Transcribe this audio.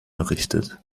errichtet